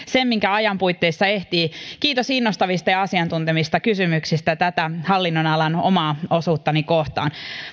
sen minkä ajan puitteissa ehtii kiitos innostavista ja asiantuntevista kysymyksistä tätä hallinnonalan omaa osuuttani kohtaan